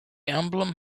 emblem